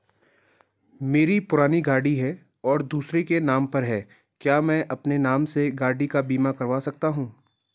मेरी पुरानी गाड़ी है और दूसरे के नाम पर है क्या मैं अपने नाम से गाड़ी का बीमा कर सकता हूँ?